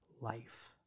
life